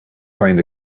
find